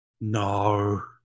no